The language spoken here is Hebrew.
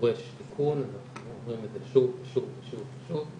שדורש תיקון, אנחנו אומרים את זה שוב ושוב ושוב.